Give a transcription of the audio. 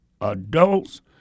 adults